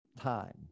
time